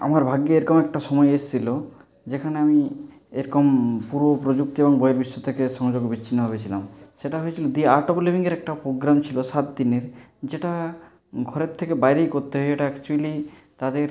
আমার ভাগ্যে এরকম একটা সময় এসেছিল যেখানে আমি এরকম পুরো প্রযুক্তি এবং বহির্বিশ্ব থেকে সংযোগ বিচ্ছিন্ন হয়েছিলাম সেটা হয়েছিল দি আর্ট অফ লিভিংয়ের একটা প্রোগ্রাম ছিল সাত দিনের যেটা ঘরের থেকে বাইরেই করতে হয় এটা অ্যাকচুয়েলি তাদের